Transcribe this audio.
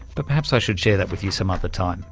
but perhaps i should share that with you some other time.